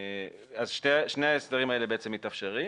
שני ההסדרים האלה מתאפשרים.